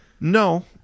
No